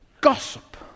gossip